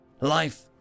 Life